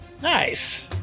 nice